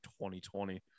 2020